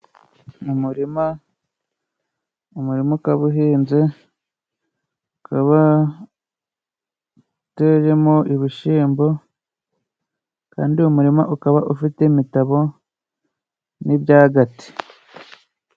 Mu murima, umurima ukaba uhinze, ukaba uteyemo ibishyimbo, kandi uwo murima ukaba ufite imitabo n'ibyagati.